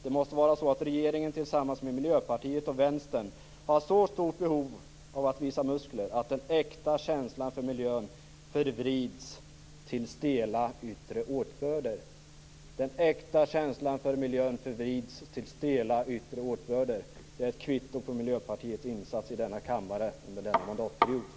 Det måste vara så att regeringen tillsammans med miljöpartiet och vänstern har så stort behov av att visa muskler att den äkta känslan för miljön förvridits till stela yttre åtbörder." Detta med att den äkta känslan för miljön förvrids till stela yttre åtbörder är ett kvitto på Miljöpartiets insats i denna kammare under den här mandatperioden.